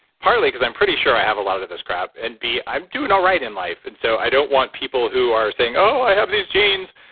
partly because i'm pretty sure i have a lot of this crap and b, i'm doing all right in life and so i don't want people who are saying, oh, i have these genes,